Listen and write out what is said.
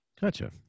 gotcha